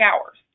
hours